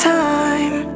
time